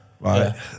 Right